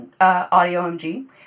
AudioMG